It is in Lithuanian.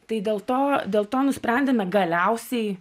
tai dėl to dėl to nusprendėme galiausiai